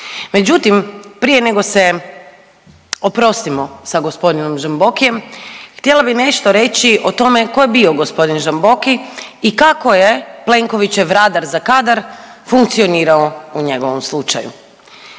Međutim, prije nego se oprostimo sa gospodinom Žambokijem htjela bi nešto reći o tome tko je bio gospodin Žamboki i kako je Plenkovićev radar za kadar funkcionirao u njegovom slučaju.